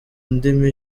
indimi